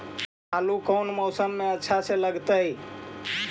आलू कौन मौसम में अच्छा से लगतैई?